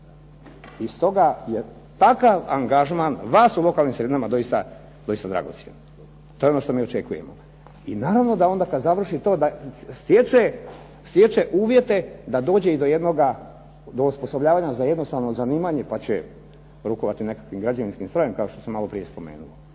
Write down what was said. I stoga je takav angažman vas u lokalnim sredinama doista dragocjen. To je ono što mi očekujemo i naravno da onda kad završi to da stječe uvjete da dođe i do jednoga, do osposobljavanja za jednostavno zanimanje pa će rukovati nekakvim građevinskim strojem kao što sam maloprije spomenuo